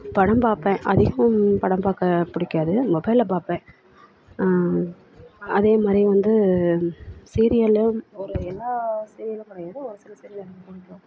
படம் பார்ப்பேன் அதிகம் படம் பார்க்க பிடிக்காது மொபைலில் பார்ப்பேன் அதே மாதிரி வந்து சீரியல்லேயும் ஒரு எல்லா சீரியலும் கிடையாது ஒரு சில சீரியல் எனக்கு பிடிக்கும்